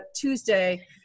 Tuesday